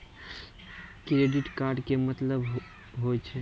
Credit card के मतलब होय छै?